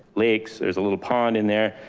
lakes, there's a little pond in there,